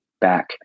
back